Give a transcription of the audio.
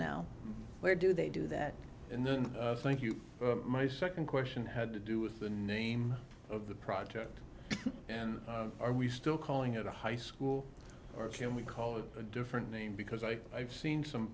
now where do they do that and then thank you my second question had to do with the name of the project and are we still calling it a high school or can we call it a different name because i have seen some